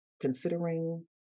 considering